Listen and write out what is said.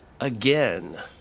again